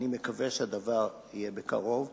אני מקווה שהדבר יהיה בקרוב.